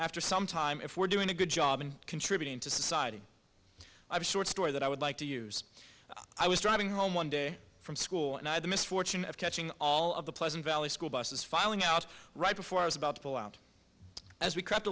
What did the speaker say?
after some time if we're doing a good job and contributing to society i've a short story that i would like to use i was driving home one day from school and i had the misfortune of catching all of the pleasant valley school buses filing out right before i was about to pull out as we cr